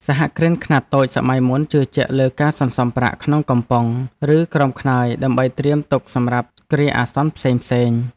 សហគ្រិនខ្នាតតូចសម័យមុនជឿជាក់លើការសន្សំប្រាក់ក្នុងកំប៉ុង ឬក្រោមខ្នើយដើម្បីត្រៀមទុកសម្រាប់គ្រាអាសន្នផ្សេងៗ។